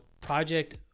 Project